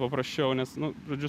paprasčiau nes nu žodžiu